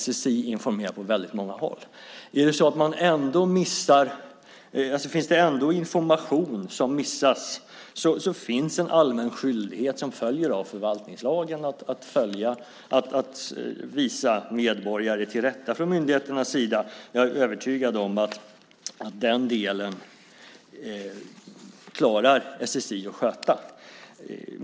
SSI informerar på väldigt många håll. Om information ändå missas finns det en allmän skyldighet för myndigheterna - något som följer av förvaltningslagen - att visa medborgare till rätta. Jag är övertygad om att SSI klarar att sköta den delen.